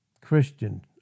Christian